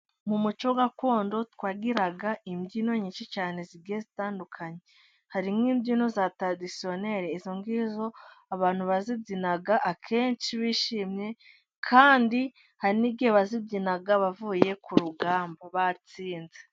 Mu muco gakondo twagiraga imbyino nyinshi cyane zigiye zitandukanye. Hari nk'imbyino za taradisiyoneri ,izo ngizo abantu bazibyinaga akenshi bishimye, kandi hari n'igihe bazibyinaga bavuye ku rugamba batsinze.